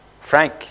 Frank